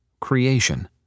creation